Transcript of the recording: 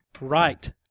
right